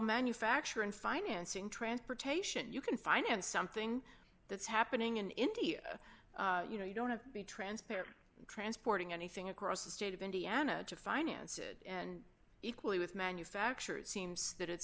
manufacture and financing transportation you can finance something that's happening in india you know you don't have to be transparent transporting anything across the state of indiana to finance it and equally with manufacturers seems that it's